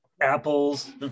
apples